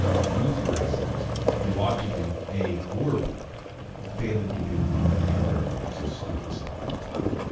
the new theory says you ought to do a or b failing to do one or the other of those is doing something wrong.